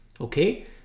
okay